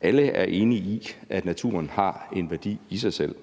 alle er enige om, at naturen har en værdi i sig selv.